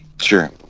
Sure